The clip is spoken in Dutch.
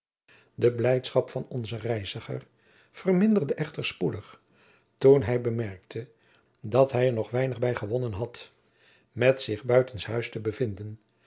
de blijdschap van onzen reiziger verminderde echter spoedig toen hij bemerkte dat hij er nog weinig bij gewonnen had met zich buitens huis te bevinden